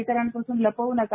इतरांपासून लपव् नका